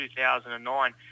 2009